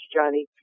Johnny